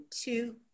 two